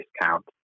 discount